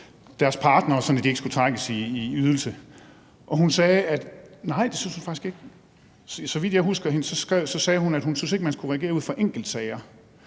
deres partnere, sådan at de ikke skulle trækkes i ydelse. Og hun sagde, at det syntes hun faktisk ikke. Så vidt jeg husker det, sagde hun, at hun ikke syntes, at man skulle reagere ud fra enkeltsager.